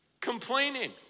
Complaining